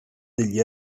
degli